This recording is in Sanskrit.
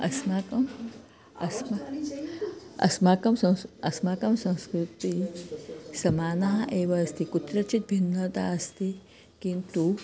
अस्माकम् अस्मा अस्माकं संस् अस्माकं संस्कृतिः समाना एव अस्ति कुत्रचित् भिन्नता अस्ति किन्तु